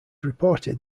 reported